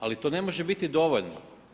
Ali to ne može biti dovoljno.